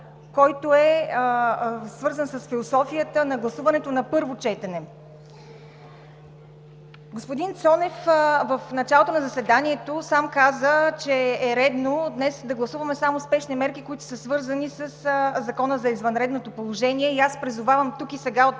който е свързан с философията на гласуването на първо четене. Господин Цонев в началото на заседанието сам каза, че е редно днес да гласуваме само спешни мерки, които са свързани със Закона за извънредното положение и аз призовавам тук и сега от